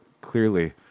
clearly